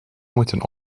moeten